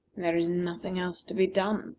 there is nothing else to be done,